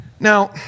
Now